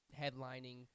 headlining